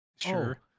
Sure